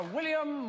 William